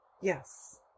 Yes